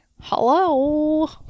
Hello